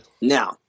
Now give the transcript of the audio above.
Now